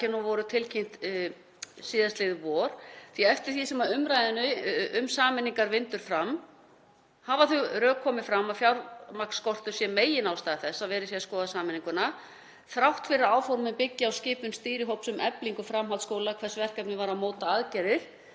rakin og voru tilkynnt síðastliðið vor, því að eftir því sem umræðunni um sameiningar vindur fram hafa þau rök komið fram að fjármagnsskortur sé meginástæða þess að verið sé að skoða sameininguna, þrátt fyrir að áformin byggi á skipun stýrihóps um eflingu framhaldsskóla sem hafði það verkefni að móta aðgerðir